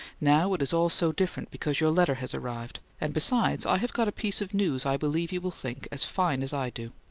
now it is all so different because your letter has arrived and besides i have got a piece of news i believe you will think as fine as i do.